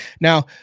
Now